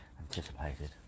anticipated